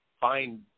find